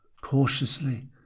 Cautiously